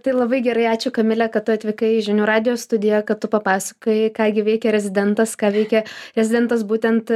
tai labai gerai ačiū kamile kad tu atvykai žinių radijo studijoj kad tu papasakojai ką gi veikia rezidentas ką veikė rezidentas būtent